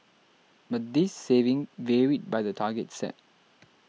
but this saving varied by the targets set